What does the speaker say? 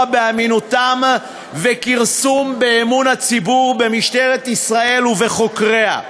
באמינותם ולכרסם באמון הציבור במשטרת ישראל ובחוקריה.